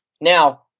Now